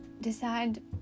decide